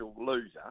loser